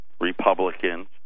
Republicans